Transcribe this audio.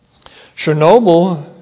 Chernobyl